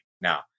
Now